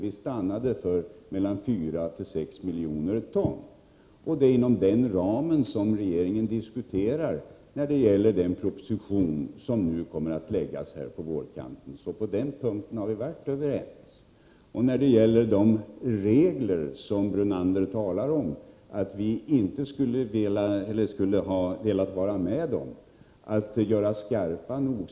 Vi stannade för mellan 4 och 6 miljoner ton. Det är inom denna ram som regeringen diskuterar när det gäller den proposition som kommer att läggas fram här på vårkanten. På den punkten har vi alltså varit överens. Lennart Brunander säger att vi inte ville vara med om att göra reglerna skarpa nog.